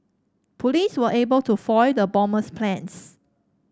police were able to foil the bomber's plans